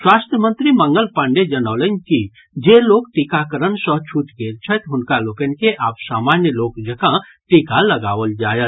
स्वास्थ्य मंत्री मंगल पांडेय जनौलनि कि जे लोक टीकाकरण सँ छूटि गेल छथि हुनका लोकनि के आब सामान्य लोक जकाँ टीका लगाओल जायत